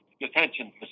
detention